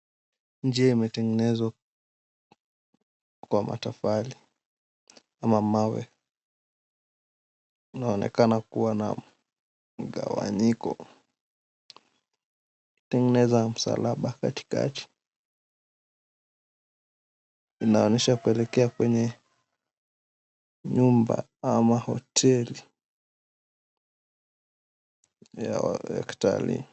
Njia imetengenezwa kwa matofali ama mawe, inaonekana kua na mgawanyiko ikitengeneza msalaba katikati. Inaonyesha kuelekea kwenye nyumba ama hoteli ya kitalii.